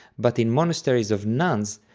but in monasteries of nuns,